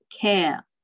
care